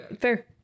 Fair